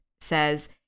says